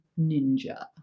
ninja